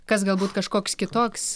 kas galbūt kažkoks kitoks